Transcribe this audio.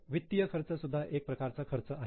वित्तीय खर्च सुद्धा एक प्रकारचा खर्च आहे